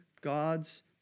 God's